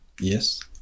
Yes